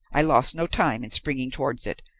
i lost no time in springing towards it,